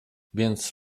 więc